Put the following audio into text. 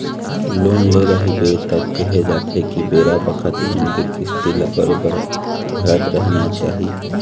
loan ले रहिबे त केहे जाथे के बेरा बखत लोन के किस्ती ल बरोबर भरत रहिना चाही